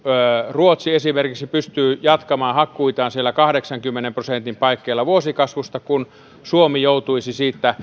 ruotsi esimerkiksi pystyy jatkamaan hakkuitaan siinä kahdeksankymmenen prosentin paikkeilla vuosikasvusta kun suomi joutuisi